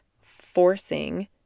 forcing